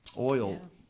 oil